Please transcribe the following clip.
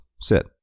sit